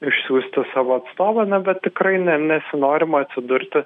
išsiųsti savo atstovą na bet tikrai ne nesinorima atsidurti